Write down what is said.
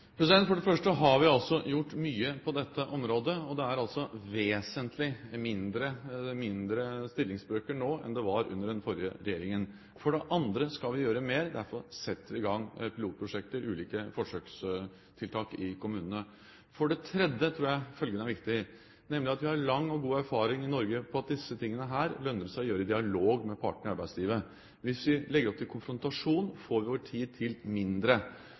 For det første har vi altså gjort mye på dette området, og det er vesentlig mindre med mindre stillingsbrøker nå enn det var under den forrige regjeringen. For det andre skal vi gjøre mer, og derfor setter vi i gang pilotprosjekter, ulike forsøkstiltak, i kommunene. For det tredje tror jeg følgende er viktig, nemlig at vi har lang og god erfaring i Norge med at disse tingene lønner det seg å gjøre i dialog med partene i arbeidslivet. Hvis vi legger opp til konfrontasjon, får vi tid til mindre.